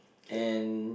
and